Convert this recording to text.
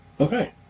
Okay